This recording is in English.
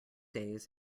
days